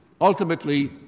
ultimately